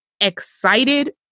excited